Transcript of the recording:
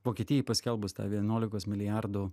vokietijai paskelbus tą vienuolikos milijardų